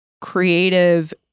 creative